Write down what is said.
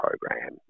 program